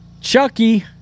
Chucky